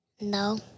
No